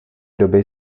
doby